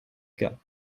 cas